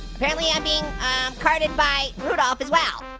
apparently, i'm being guarded by rudolph, as well.